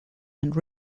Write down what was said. and